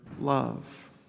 love